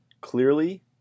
clearly